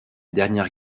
dernière